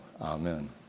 amen